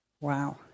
Wow